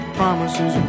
promises